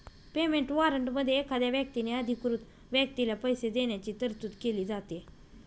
payment वॉरंटमध्ये एखाद्या व्यक्तीने अधिकृत व्यक्तीला पैसे देण्याची तरतूद केली जाते